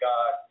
God